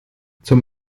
zum